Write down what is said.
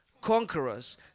Conquerors